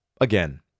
Again